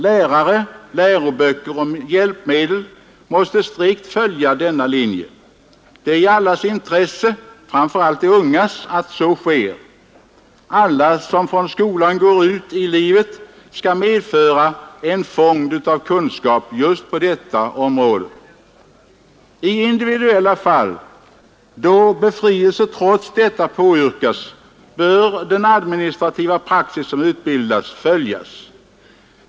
Lärare, läroböcker och hjälpmedel måste strikt följa denna linje. Det är i allas intresse — framför allt de ungas — att så sker. Alla som från skolan går ut i livet skall medföra en fond av kunskap just på detta område. I individuella fall, då befrielse trots detta påyrkas, bör den administrativa praxis som utbildats följas.